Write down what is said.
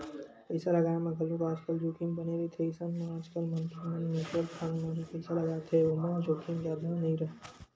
पइसा लगाय म घलोक आजकल जोखिम बने रहिथे अइसन म आजकल मनखे मन म्युचुअल फंड म ही पइसा लगाथे ओमा जोखिम जादा नइ राहय